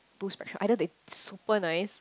too special either they super nice